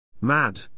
Mad